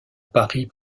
paris